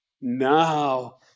Now